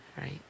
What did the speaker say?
Right